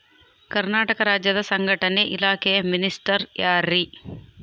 ಕರ್ನಾಟಕ ರಾಜ್ಯದ ಸಂಘಟನೆ ಇಲಾಖೆಯ ಮಿನಿಸ್ಟರ್ ಯಾರ್ರಿ?